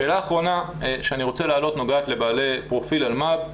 שאלה אחרונה שאני רוצה להעלות נוגעת לבעלי פרופיל אלמ"ב.